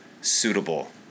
suitable